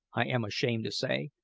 i am ashamed to say,